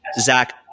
Zach